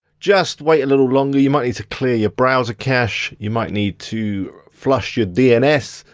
just wait a little longer, you might need to clear your browser cache, you might need to flush your dns.